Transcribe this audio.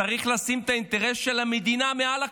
צריך לשים את האינטרס של המדינה מעל לכול.